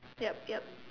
ya ya